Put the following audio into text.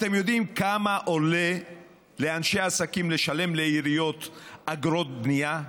אתם יודעים כמה עולה לאנשי עסקים לשלם לעיריות אגרות בנייה?